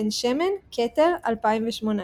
בן שמן כתר, 2018.